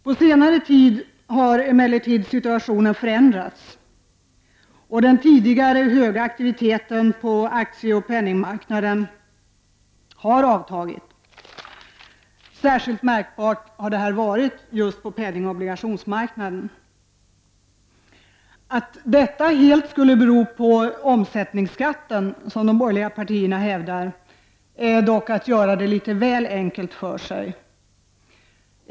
På senare tid har situationen emellertid förändrats, och den tidigare stora aktiviteten på aktieoch penningmarknaden har avtagit. Särskilt märkbart har detta varit på just penningoch obligationsmarknaden. Att hävda att detta helt skulle bero på omsättningsskatten, som de borgerliga partierna gör, är dock att göra det litet väl enkelt för sig.